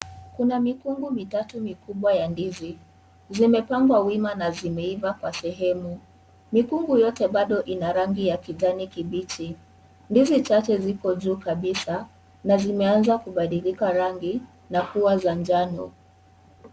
Kuna mikungi mitatu mikubwa ya ndizi, zimepangwa wima na zimeiva kwa sehemu mikungu yote bado ina rangi ya kijani kibichi ndizi chache ziko juu kabisa na zimeanza kubadilika rangi na kuwa za njano.